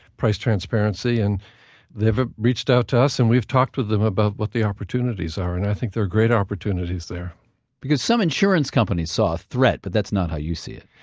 price transparency, and they've ah reached out to us and we've talked with them about what the opportunities are, and i think there are great opportunities there because some insurance companies saw a threat, but that's not how you see it?